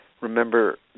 Remember